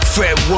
Fred